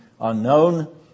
unknown